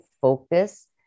focus